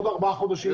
בעוד ארבע חודשים.